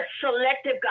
selective